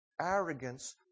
arrogance